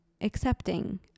accepting